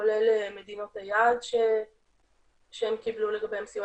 כולל מדינות היעד שהם קיבלו לגביהם סיוע.